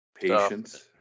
Patience